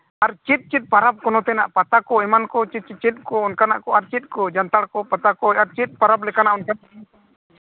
ᱟᱨ ᱪᱮᱫ ᱪᱮᱫ ᱯᱚᱨᱚᱵᱽ ᱠᱚ ᱱᱚᱛᱮᱱᱟᱜ ᱯᱟᱛᱟ ᱠᱚ ᱮᱢᱟᱱ ᱠᱚ ᱪᱮᱫ ᱪᱮᱫ ᱠᱚ ᱚᱱᱠᱟᱱᱟᱜ ᱠᱚ ᱟᱨ ᱪᱮᱫ ᱠᱚ ᱡᱟᱱᱛᱷᱟᱲ ᱠᱚ ᱯᱟᱛᱟ ᱠᱚ ᱟᱨ ᱪᱮᱫ ᱯᱚᱨᱚᱵᱽ ᱞᱮᱠᱟᱱᱟᱜ ᱚᱱᱠᱟᱱᱟᱜ